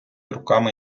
руками